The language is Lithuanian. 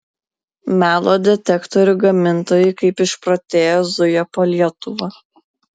melo detektorių gamintojai kaip išprotėję zuja po lietuvą